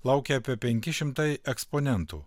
laukia apie penki šimtai eksponentų